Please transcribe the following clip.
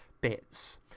bits